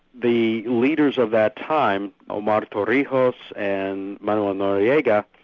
the leaders of that time, omar torrijos, and manuel noriega,